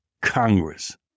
Congress